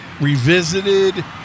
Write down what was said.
revisited